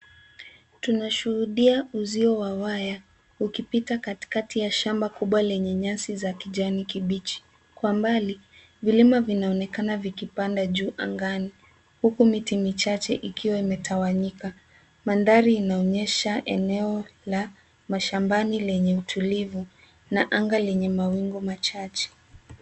Tunashuhudia uzio wa waya, ukipita katikati ya shamba kubwa lenye nyasi za kijani kibichi. Kwa mbali, vilima vinaonekana vikipanda juu angani, huku miti michache ikiwa imetawanyika. Mandhari inaonyesha eneo la mashambani lenye utulivu, na anga lenye mawingu machache.